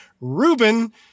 Ruben